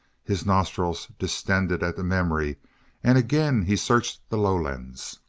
his nostrils distended at the memory and again he searched the lowlands.